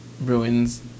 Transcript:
ruins